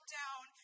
down